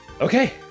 Okay